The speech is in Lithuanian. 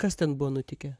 kas ten buvo nutikę